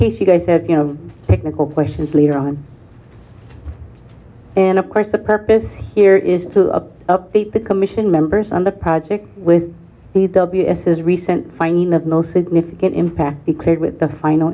case you guys said you know technical questions later on and of course the purpose here is to update the commission members on the project with the ws is recent finding the most significant impact it create with the final